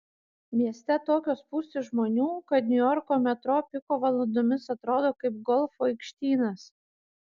mieste tokios spūstys žmonių kad niujorko metro piko valandomis atrodo kaip golfo aikštynas